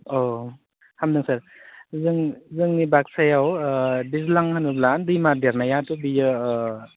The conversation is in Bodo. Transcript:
औ हामदों सार जों जोंनि बागसायाव दैज्लां होनोब्ला दैमा देरनायाथ' बेयो